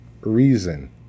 reason